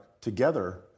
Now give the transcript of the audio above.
together